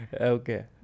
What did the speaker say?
Okay